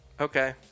Okay